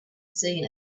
seen